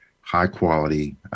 high-quality